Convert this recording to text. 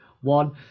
One